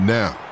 now